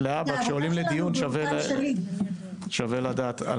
אז כשעולים לדיון, להבא, שווה לדעת על